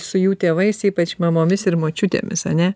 su jų tėvais ypač mamomis ir močiutėmis ane